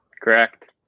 Correct